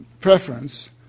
preference